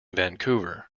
vancouver